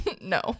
No